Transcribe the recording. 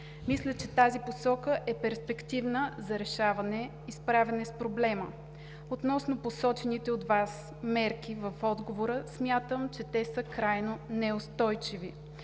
Мисля, че тази посока е перспективна за решаване и справяне с проблема. Относно посочените от Вас мерки в отговора смятам, че те са крайно неустойчиви.